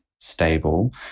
stable